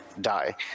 die